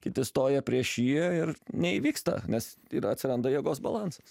kiti stoja prieš jį ir neįvyksta nes ir atsiranda jėgos balansas